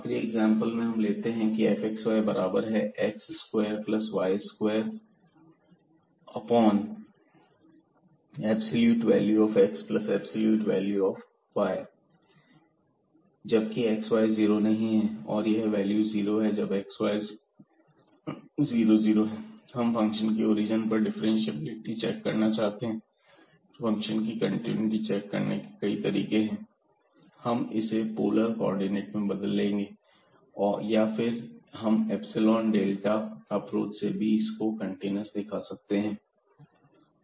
आखरी एग्जांपल में हम लेते हैं fxy बराबर है x square plus y square divide किया जा रहा है x की एब्सलूट वैल्यू प्लस y की एब्सलूट वैल्यू से जबकि x y 00 नहीं है और यह वैल्यू जीरो है जब xy 00 है हम फंक्शन की ओरिजन पर डिफरेंटशिएबिलिटी चेक करना चाहते हैं फंक्शन की कंटिन्यूटी चेक करने के कई तरीके हैं हम इसे पोलर कोऑर्डिनेट में बदल लेंगे या फिर हम इप्सिलोन डेल्टा अप्रोच से भी इसे कंटीन्यूअस दिखा सकते हैं fxyx2y2x